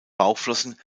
bauchflossen